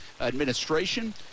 administration